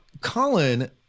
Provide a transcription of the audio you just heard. Colin